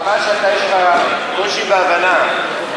חבל שיש לך קושי בהבנה,